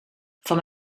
van